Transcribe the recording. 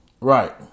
Right